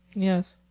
yes.